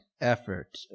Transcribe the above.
effort